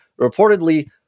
Reportedly